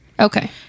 Okay